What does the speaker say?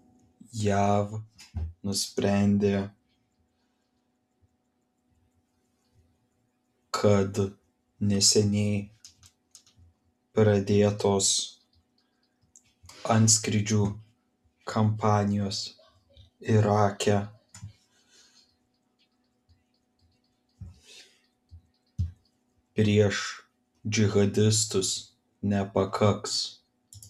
jav nusprendė kad neseniai pradėtos antskrydžių kampanijos irake prieš džihadistus nepakaks